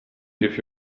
give